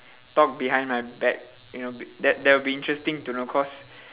talk behind my back you know be~ that that will be interesting to know cause